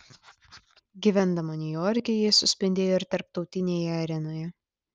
gyvendama niujorke ji suspindėjo ir tarptautinėje arenoje